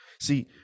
See